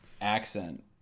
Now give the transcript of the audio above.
accent